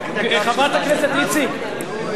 חברת הכנסת איציק.